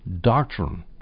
doctrine